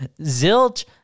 Zilch